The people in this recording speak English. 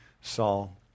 Saul